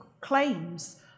claims